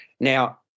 Now